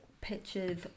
pictures